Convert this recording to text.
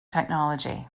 technology